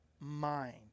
mind